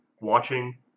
watching